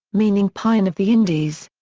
meaning pine of the indies.